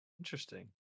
Interesting